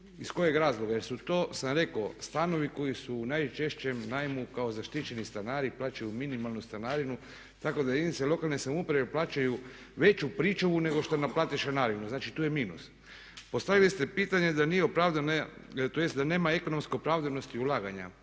Iz kojeg razloga? Jer to sam rekao stanovi koji su u najčešćem najmu kao zaštićeni stanari i plaćaju minimalnu stanarinu, tako da jedinice lokalne samouprave plaćaju veću pričuvu nego što je naplatio članarinu. Znači tu je minus. Postavili ste pitanje da nije opravdano, tj. da nema ekonomske opravdanosti ulaganja.